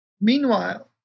Meanwhile